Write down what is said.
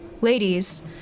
Ladies